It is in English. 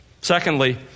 Secondly